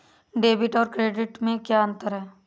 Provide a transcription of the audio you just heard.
Debit और credit में क्या अंतर है?